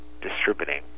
Distributing